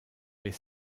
les